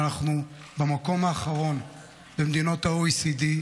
ואנחנו במקום האחרון במדינות ה-OECD,